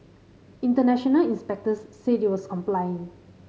international inspectors said it was complying